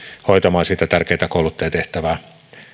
hoitamaan sitä tärkeätä kouluttajan tehtävää